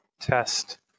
test